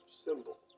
symbol